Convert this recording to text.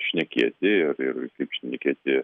šnekėti ir ir kaip šnekėti